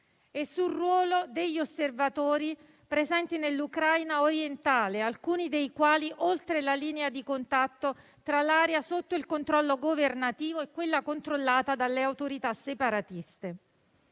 e sul ruolo degli osservatori presenti nell'Ucraina orientale, alcuni dei quali oltre la linea di contatto tra l'area sotto il controllo governativo e quella controllata dalle autorità separatiste.